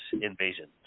invasion